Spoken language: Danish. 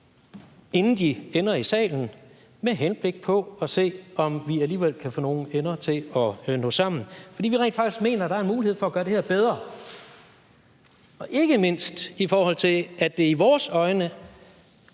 inden de ender i salen, med henblik på at se, om vi alligevel kan få nogle ender til at nå sammen, for vi mener rent faktisk, at der er en mulighed for at gøre det her bedre. Det gælder ikke mindst, i forhold til at det i vores øjne